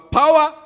power